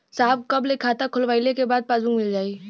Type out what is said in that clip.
साहब कब ले खाता खोलवाइले के बाद पासबुक मिल जाई?